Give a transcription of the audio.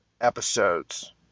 episodes